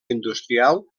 industrial